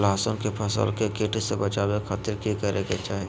लहसुन के फसल के कीट से बचावे खातिर की करे के चाही?